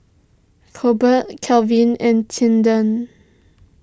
Colbert Calvin and Tilden